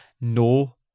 no